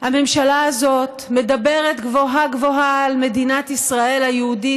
הממשלה הזאת מדברת גבוהה-גבוהה על מדינת ישראל היהודית,